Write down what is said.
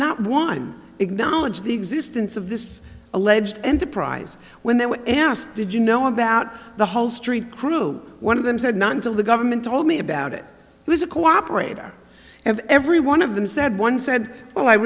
not one acknowledged the existence of this alleged enterprise when they were asked did you know about the whole street crew one of them said not until the government told me about it was a cooperator and every one of them said one said oh i